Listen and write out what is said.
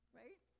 right